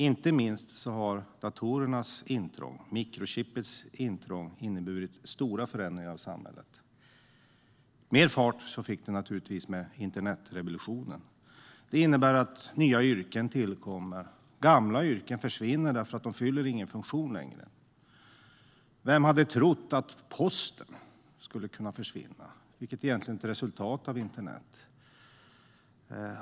Inte minst har datorernas intåg och mikrochippets intåg inneburit stora förändringar i samhället. Mer fart blev det naturligtvis med internetrevolutionen. Detta innebär att nya yrken tillkommer. Och gamla yrken försvinner för att de inte längre fyller någon funktion. Vem hade trott att Posten skulle kunna försvinna? Det är egentligen ett resultat av internet.